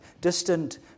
distant